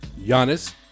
Giannis